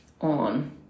on